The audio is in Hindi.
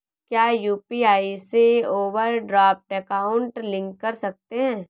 क्या यू.पी.आई से ओवरड्राफ्ट अकाउंट लिंक कर सकते हैं?